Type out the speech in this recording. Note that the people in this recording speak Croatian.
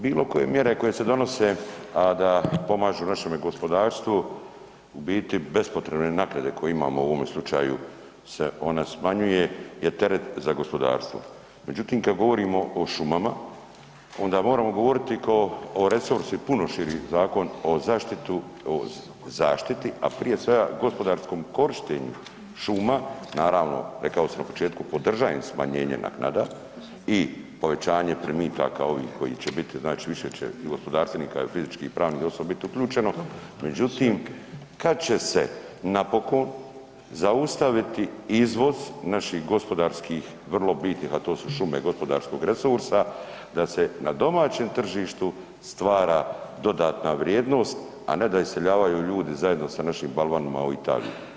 Bilokoje mjere koje se donose a da pomažu našemu gospodarstvu, u biti bespotrebne naknade koje imamo u ovome slučaju se ona smanjuje je teret za gospodarstvo međutim kad govorimo o šumama, onda moramo govoriti kao ... puno širi zakon, o zaštiti a prije svega gospodarskom korištenju šuma, naravno, rekao sam na početku, podržavam smanjenje naknada i povećanje primitka ovih koji će biti, znači više će gospodarstvenika, fizičkih i pravnih osoba biti uključeno međutim kad će se napokon zaustaviti izvoz napih gospodarskih vrlo bitnih a to su šume, gospodarskog resursa, da se na domaćem tržištu stvara dodatna vrijednost a ne da iseljavaju ljudi zajedno sa našim balvanima u Italiju.